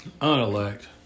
unelect